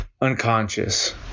unconscious